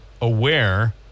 aware